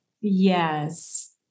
Yes